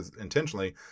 intentionally